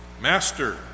Master